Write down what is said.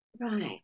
Right